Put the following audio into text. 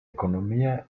economía